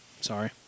Sorry